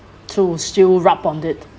true still rubbed on it